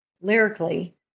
lyrically